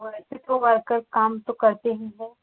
वैसे तो वर्कर काम तो करते हीं हैं